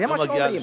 זה מה שאומרים.